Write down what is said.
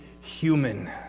human